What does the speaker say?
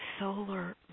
solar